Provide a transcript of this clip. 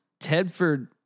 Tedford